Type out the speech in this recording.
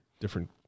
different